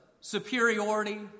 superiority